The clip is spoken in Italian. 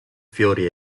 fiori